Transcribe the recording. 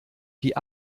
die